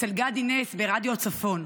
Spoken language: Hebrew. אצל גדי נס ברדיו הצפון.